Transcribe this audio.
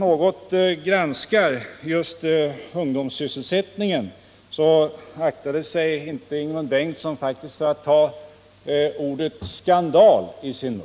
Beträffande ungdomssysselsättningen tog faktiskt Ingemund Bengtsson ordet skandal i sin mun.